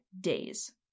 days